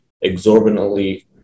exorbitantly